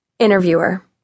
interviewer